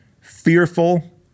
fearful